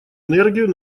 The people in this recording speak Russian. энергию